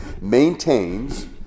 maintains